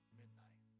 midnight